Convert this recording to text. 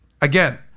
Again